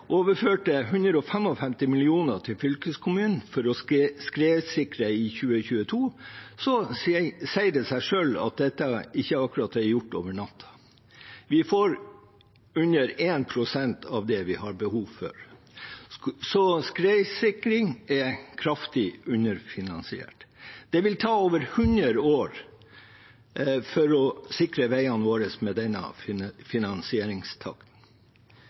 til fylkeskommunene for å skredsikre i 2022, sier det seg selv at dette ikke akkurat er gjort over natten. De får under 1 pst. av det de har behov for, så skredsikring er kraftig underfinansiert. Det vil ta over 100 år for å sikre veiene våre med denne finansieringstakten.